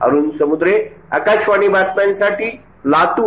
अरुण समुद्रे आकाशवाणी बातम्यांसाठी लातूर